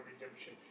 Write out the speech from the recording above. redemption